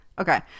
Okay